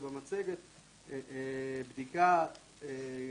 זה בעצם השקף האחרון.